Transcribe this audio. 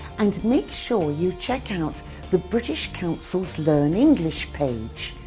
and make sure you check out the british council's learn english page.